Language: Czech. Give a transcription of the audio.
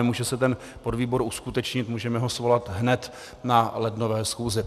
Může se ten podvýbor uskutečnit, můžeme ho svolat hned na lednové schůzi.